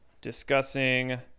discussing